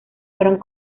fueron